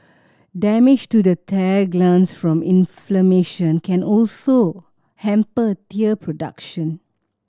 damage to the tear glands from inflammation can also hamper tear production